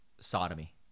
sodomy